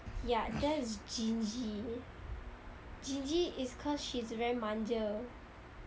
ya that's gingy gingy is cause she's very manja